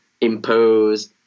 impose